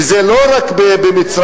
וזה לא רק במצרים.